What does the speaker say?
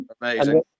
amazing